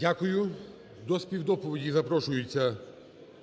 Дякую. До співдоповіді запрошується